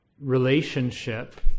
relationship